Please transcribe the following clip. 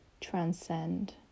transcend